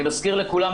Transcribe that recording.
אני מזכיר לכולם,